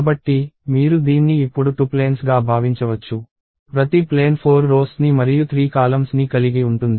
కాబట్టి మీరు దీన్ని ఇప్పుడు 2 ప్లేన్స్ గా భావించవచ్చు ప్రతి ప్లేన్ 4 రోస్ ని మరియు 3 కాలమ్స్ ని కలిగి ఉంటుంది